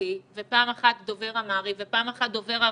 רוסי ופעם אחת דובר אמהרית ופעם אחת דובר ערבי,